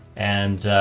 and